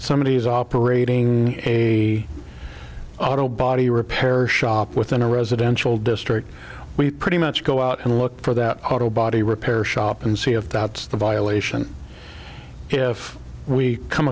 somebody is operating a auto body repair shop within a residential district we pretty much go out and look for that auto body repair shop and see if that's the violation if we come